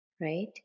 Right